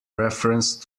reference